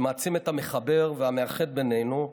שמעצים את המחבר והמאחד בינינו.